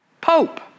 Pope